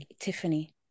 Tiffany